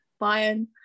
Bayern